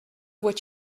what